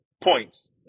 points